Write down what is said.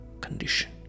condition